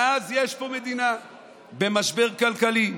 ואז יש פה מדינה במשבר כלכלי,